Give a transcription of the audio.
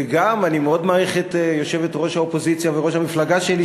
וגם אני מאוד מעריך את יושבת-ראש האופוזיציה וראש המפלגה שלי,